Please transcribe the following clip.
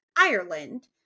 Ireland